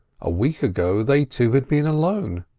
a week ago they two had been alone,